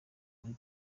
muri